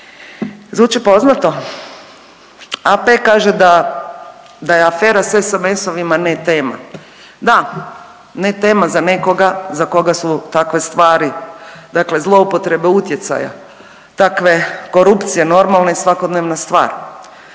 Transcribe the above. zvuči poznato? AP kaže da, da je afera s SMS-ovima ne tema. Da, ne tema za nekoga za koga su takve stvari dakle zloupotreba utjecaja i takve korupcije normalna i svakodnevna stvar,